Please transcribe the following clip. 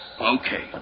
Okay